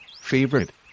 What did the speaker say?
favorite